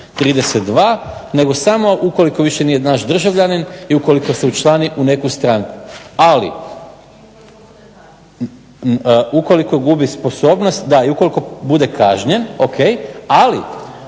32. nego samo ukoliko više nije naš državljanin i ukoliko se učlani u neku stranku. Ali ukoliko gubi sposobnost i ukoliko bude kažnjen ok, ali